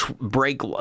break